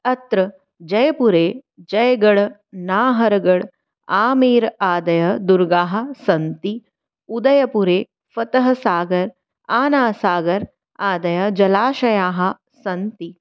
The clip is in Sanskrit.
अत्र जयपुरे जय्गढ़् नाहर्गढ़् आमेर आदयः दुर्गाः सन्ति उदयपुरे फतहसागर् आनासागर् आदयः जलाशयाः सन्ति